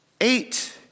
Eight